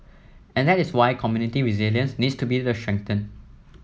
and that is why community resilience needs to be strengthened